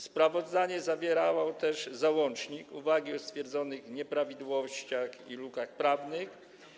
Sprawozdanie zawierało też załącznik, uwagi o stwierdzonych nieprawidłowościach i lukach prawnych.